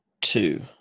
two